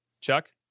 Chuck